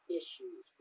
issues